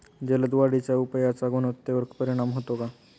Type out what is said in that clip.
जलद वाढीच्या उपायाचा गुणवत्तेवर परिणाम होतो का?